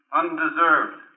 undeserved